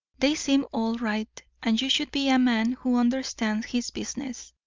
they seem all right, and you should be a man who understands his business.